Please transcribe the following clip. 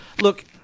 Look